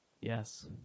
Yes